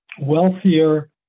wealthier